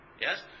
yes